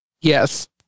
Yes